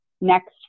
next